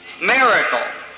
miracle